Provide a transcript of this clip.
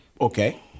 Okay